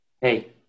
hey